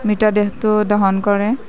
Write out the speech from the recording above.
মৃতদেহটো দহন কৰে